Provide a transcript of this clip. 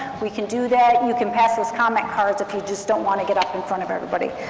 we can do that. and you can pass those comment cards if you just don't want to get up in front of everybody,